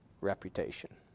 reputation